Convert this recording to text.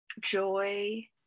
Joy